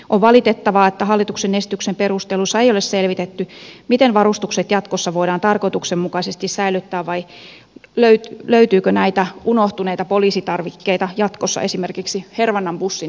on valitettavaa että hallituksen esityksen perusteluissa ei ole selvitetty miten varustukset jatkossa voidaan tarkoituksenmukaisesti säilyttää vai löytyykö näitä unohtuneita poliisitarvikkeita jatkossa esimerkiksi hervannan bussin takapenkiltä